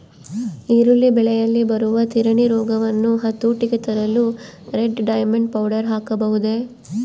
ಈರುಳ್ಳಿ ಬೆಳೆಯಲ್ಲಿ ಬರುವ ತಿರಣಿ ರೋಗವನ್ನು ಹತೋಟಿಗೆ ತರಲು ರೆಡ್ ಡೈಮಂಡ್ ಪೌಡರ್ ಹಾಕಬಹುದೇ?